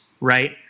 Right